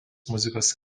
muzikos